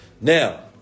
Now